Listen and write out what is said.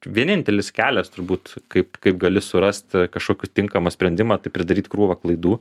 vienintelis kelias turbūt kaip kaip gali surast kažkokį tinkamą sprendimą tai pridaryt krūvą klaidų